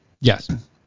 Yes